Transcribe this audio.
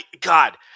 God